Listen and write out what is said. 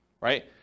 right